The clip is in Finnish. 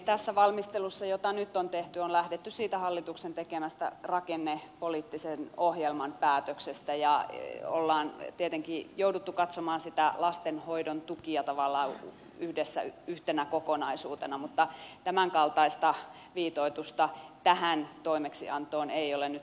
tässä valmistelussa jota nyt on tehty on lähdetty siitä hallituksen tekemästä rakennepoliittisen ohjelman päätöksestä ja ollaan tietenkin jouduttu katsomaan lasten hoidon tukia tavallaan yhdessä yhtenä kokonaisuutena mutta tämänkaltaista viitoitusta tähän toimeksiantoon ei ole nyt sisältynyt